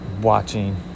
watching